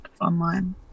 online